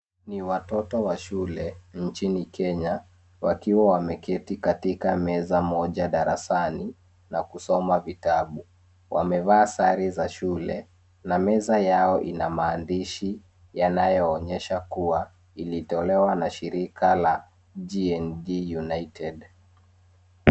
Ni watoto wa shule nchini Kenya wakiwa wameketi katika meza moja darasani na kusoma vitabu. Wamevaa sare za shule na meza yao ina maandishi yanayoonyesha kuwa ilitolewa na shirika la GNG United.